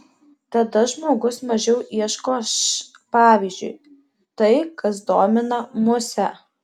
tada žmogus mažiau ieško š pavyzdžiui tai kas domina musę